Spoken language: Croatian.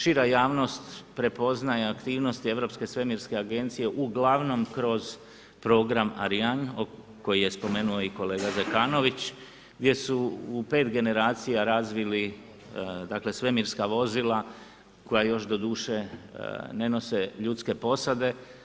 Šira javnost prepoznaje aktivnosti Europske svemirske agencije uglavnom kroz program Ariane koji je spomenuo i kolega Zekanović, gdje su u 5 generacija razvili svemirska vozila koja još doduše ne nose ljudske posade.